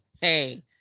hey